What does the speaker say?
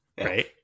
right